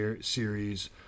series